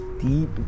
deep